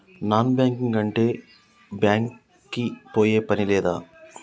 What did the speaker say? Non banking అంటే bank కి పోయే పని లేదా?